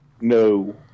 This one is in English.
No